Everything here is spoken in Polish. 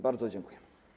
Bardzo dziękuję.